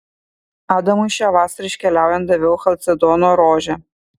adamui šią vasarą iškeliaujant daviau chalcedono rožę